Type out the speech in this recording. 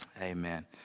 Amen